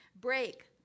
Break